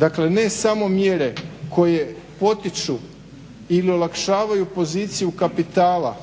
Dakle, ne samo mjere koje potiču ili olakšavaju poziciju kapitala